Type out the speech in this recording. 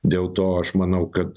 dėl to aš manau kad